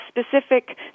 specific